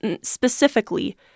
Specifically